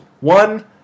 One